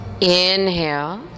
Inhale